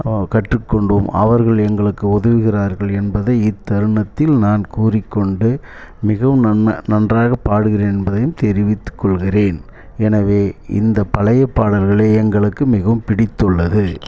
கற்றுக் கொண்டோம் அவர்கள் எங்களுக்கு உதவுகிறார்கள் என்பதை இத்தருணத்தில் நான் கூறிக்கொண்டு மிகவும் நன் நன்றாக பாடுகிறேன் என்பதையும் தெரிவித்துக்கொள்கிறேன் எனவே இந்த பழைய பாடல்களே எங்களுக்கு மிகவும் பிடித்துள்ளது